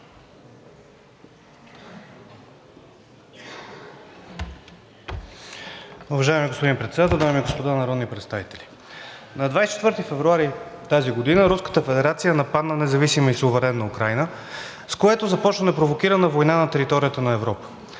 Уважаеми господин Председател, дами и господа народни представители! На 24 февруари тази година Руската федерация нападна независима и суверенна Украйна, с което започна непровокирана война на територията на Европа.